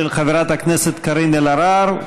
של חברת הכנסת קארין אלהרר.